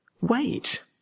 wait